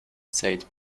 said